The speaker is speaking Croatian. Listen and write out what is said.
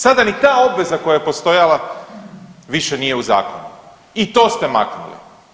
Sada ni ta obveza koja je postojala više nije u zakonu i to ste maknuli.